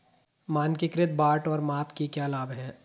मानकीकृत बाट और माप के क्या लाभ हैं?